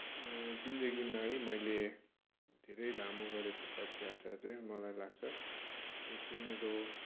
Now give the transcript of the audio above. जिन्दगीमा है मैले धेरै लामो गरेको पदयात्रा चाहिँ मलाई लाग्छ यो चाहिँ मेरो